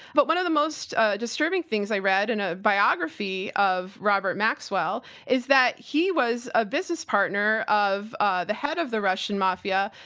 but one of the most disturbing things i read in a biography of robert maxwell is that he was a business partner of ah the head of the russian mafia,